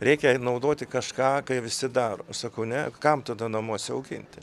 reikia naudoti kažką kai visi daro aš sakau ne kam tada namuose auginti